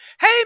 Hey